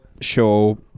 show